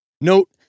Note